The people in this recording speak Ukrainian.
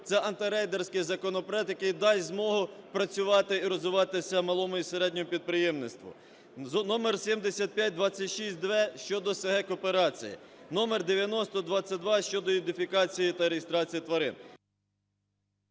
це антирейдерський законопроект, який дасть змогу працювати і розвиватися малому і середньому підприємництву. Номер 7526-д - щодо с/г кооперації; номер 9022 - щодо ідентифікації та реєстрації тварин.